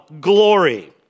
glory